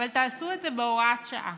אבל תעשו את זה בהוראת שעה,